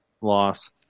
Loss